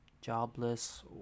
jobless